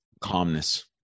calmness